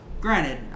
Granted